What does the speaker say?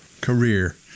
career